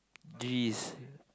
geez